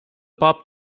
pub